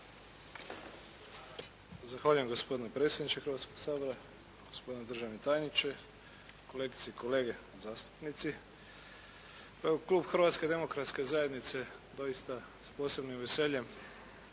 Zahvaljujem. Gospodine predsjedniče Hrvatskoga sabora, gospodine državni tajniče, kolegice i kolege zastupnici. Klub Hrvatske demokratske zajednice doista s posebnim veseljem